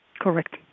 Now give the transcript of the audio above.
Correct